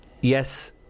yes